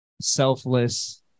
selfless